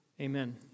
amen